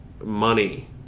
money